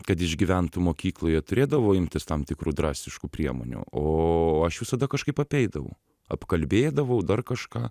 kad išgyventų mokykloje turėdavo imtis tam tikrų drastiškų priemonių o aš visada kažkaip apeidavau apkalbėdavau dar kažką